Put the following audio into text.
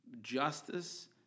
justice